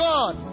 God